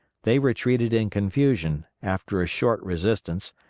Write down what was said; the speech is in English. they retreated in confusion, after a short resistance,